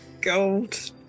Gold